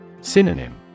Synonym